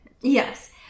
Yes